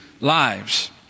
lives